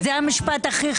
אם זה בעניין הפשיעה,